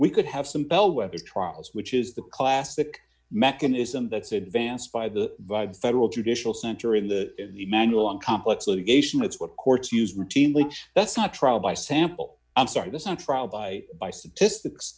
we could have some bellwethers trials which is the classic mechanism that's advanced by the federal judicial center in the the manual on complex litigation that's what courts used routinely that's not trial by sample i'm sorry this on trial by by statistics